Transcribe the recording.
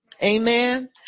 Amen